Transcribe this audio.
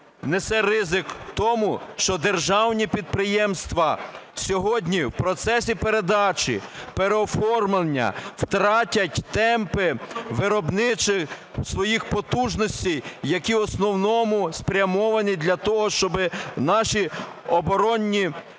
несе ризик тому, що державні підприємства сьогодні в процесі передачі, переоформлення, втратять темпи виробничих своїх потужностей, які в основному спрямовані для того, щоби наші оборонні